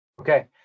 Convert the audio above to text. Okay